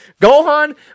Gohan